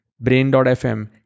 brain.fm